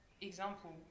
example